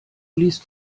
liest